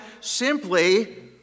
simply